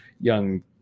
young